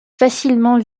facilement